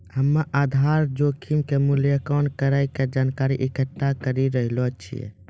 हम्मेआधार जोखिम के मूल्यांकन करै के जानकारी इकट्ठा करी रहलो छिऐ